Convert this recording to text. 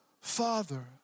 Father